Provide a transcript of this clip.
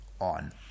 on